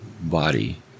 body